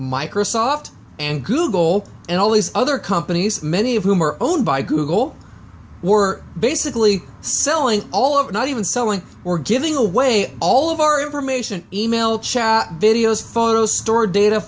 microsoft and google and all these other companies many of whom are owned by google were basically selling all over not even selling or giving away all of our information e mail chat videos photos stored data